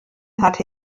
hatte